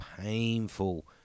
painful